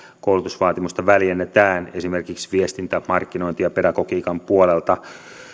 koulutusvaatimusta väljennetään esimerkiksi viestinnän markkinoinnin ja pedagogiikan puolelta